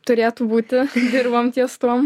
turėtų būti dirbam ties tuom